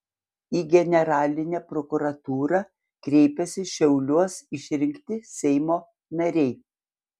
į generalinę prokuratūrą kreipėsi šiauliuos išrinkti seimo nariai